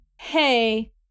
hey